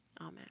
Amen